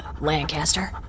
Lancaster